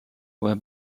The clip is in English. were